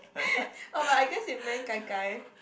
oh but I guess it meant gai-gai